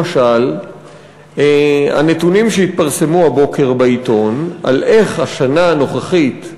למשל הנתונים שהתפרסמו הבוקר בעיתון על איך השנה הנוכחית,